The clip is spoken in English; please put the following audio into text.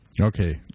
Okay